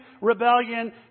rebellion